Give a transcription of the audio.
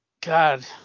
God